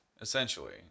essentially